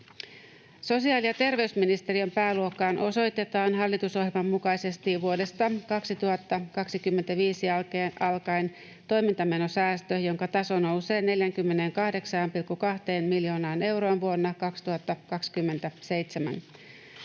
Sosiaali- ja terveysministeriön pääluokkaan osoitetaan hallitusohjelman mukaisesti vuodesta 2025 alkaen toimintamenosäästö, jonka taso nousee 48,2 miljoonaan euroon vuonna 2027.